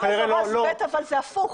בהיתר מזורז ב', זה הפוך.